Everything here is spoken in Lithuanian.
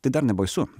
tai dar nebaisu